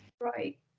Right